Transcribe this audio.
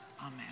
amen